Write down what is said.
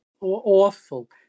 Awful